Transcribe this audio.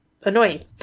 annoying